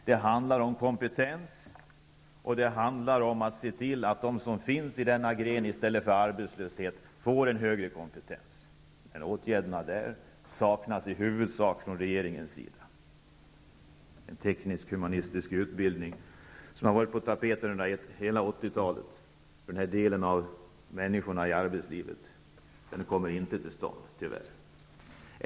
Det handlar om kompetens och att se till att de som finns i denna gren i stället för att gå ut i arbetslöshet får en högre kompetens. Där saknas i huvudsak åtgärder från regeringens sida. Den teknisk-humanistiska utbildning som har varit på tapeten under hela 80-talet för denna grupp av människor i arbetslivet, har tyvärr inte kommit till stånd.